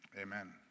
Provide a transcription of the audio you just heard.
amen